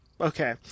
Okay